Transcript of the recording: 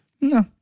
No